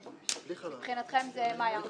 מאיה,